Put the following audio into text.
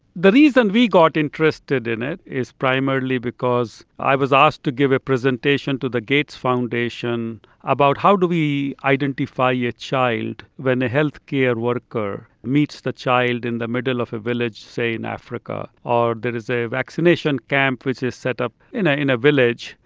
the reason we got interested in it is primarily because i was asked to give a presentation to the gates foundation about how do we identify yeah a a child when a healthcare worker meets the child in the middle of a village, say in africa, or there is a vaccination camp which is set up in a in a village,